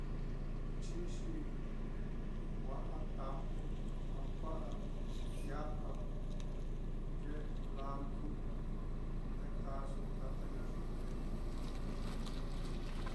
Chixi kua'a taku a kua'a tia'a kēē kulandu te kaaso, taka ñayivi ve'e.